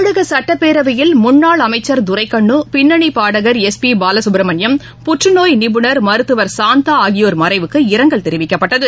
தமிழகசட்டப்பேரவையில் முன்னாள் அமைச்சர் துரைக்கண்ணு பின்னணிபாடகர் எஸ் பிபாலசுப்பிரமணியம் புற்றுநோய் நிபுணர் மருத்துவர் சாந்தாஆகியோர் மறைவுக்கு இரங்கல் தெரிவிக்கப்பட்டது